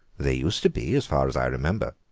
they used to be, as far as i remember.